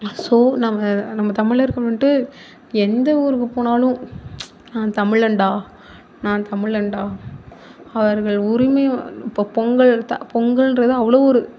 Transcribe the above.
so நம்ம நம்ம தமிழர்கள் வந்துட்டு எந்த ஊருக்கு போனாலும் நான் தமிழன்டா நான் தமிழன்டா அவர்கள் உரிமையை இப்போ பொங்கல் எடுத்தால் பொங்கல்கிறது அவ்வளோ ஒரு